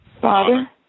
Father